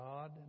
God